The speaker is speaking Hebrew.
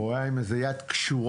הוא היה עם איזה יד קשורה.